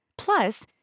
Plus